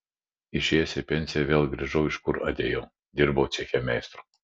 išėjęs į pensiją vėl grįžau iš kur atėjau dirbau ceche meistru